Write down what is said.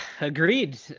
agreed